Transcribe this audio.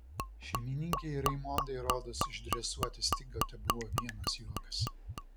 šeimininkei raimondai rodos išdresuoti stigą tebuvo vienas juokas